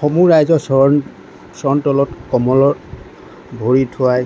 সমূহ ৰাইজৰ চৰণ চৰণৰ তলত কমলত ভৰি থোৱাই